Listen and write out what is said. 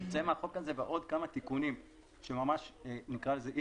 יוצא מהחוק הזה ועוד כמה תיקונים שממש אי